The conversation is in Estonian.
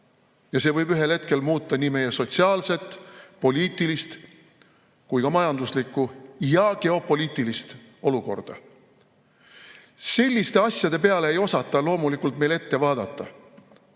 ja see võib ühel hetkel muuta nii meie sotsiaalset, poliitilist kui ka majanduslikku ja geopoliitilist olukorda. Selliste asjade peale ei osata loomulikult meil ette vaadata. Ja